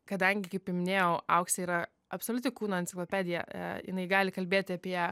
kadangi kaip ir minėjau auksė yra absoliuti kūno enciklopedija jinai gali kalbėti apie